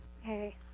Hey